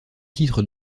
titre